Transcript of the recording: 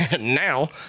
Now